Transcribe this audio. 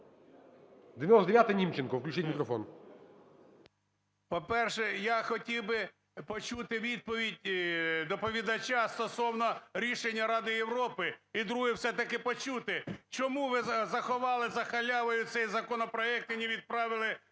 17:48:54 НІМЧЕНКО В.І. По-перше, я хотів би почути відповідь доповідача стосовно рішення Ради Європи. І друге. Все-таки почути, чому ви заховали за халявою цей законопроект і не відправили